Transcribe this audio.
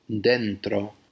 dentro